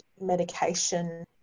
medication